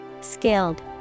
Skilled